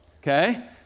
Okay